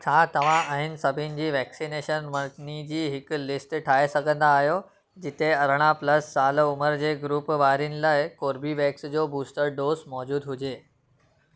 छा तव्हां अहिड़नि सभिनी वैक्सनेशन मर्कज़नि जी हिकु लिस्ट ठाहे सघंदा आहियो जिते अरिड़हां प्लस साल उमिरि जे ग्रूप वारनि लाइ कोर्बीवेक्स जो बूस्टर डोज़ मौजूदु हुजे